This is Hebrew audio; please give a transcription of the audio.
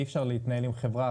אי אפשר להתנהל עם חברה שלא.